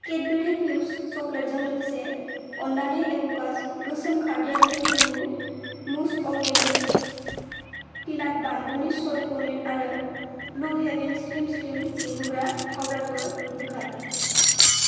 Cadbury Fuse chocolate जों लोगोसे अन्नानै एव'कास गोसोम खारदैयारि लोंमुं मुज अरगेनिक पिनाट बानलुनि स'य पनिर आरो ब्लु हेवेन स्लिम स्लिम नुहोग्रा पाउदारबो बोखार